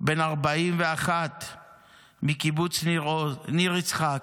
בן 41 מקיבוץ ניר יצחק,